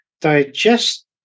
digest